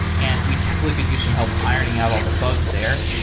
and we definitely could use some help ironing out all the bugs there.